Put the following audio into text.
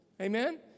amen